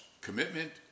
commitment